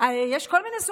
פעם היה פיקוח נפש.